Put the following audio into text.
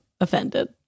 offended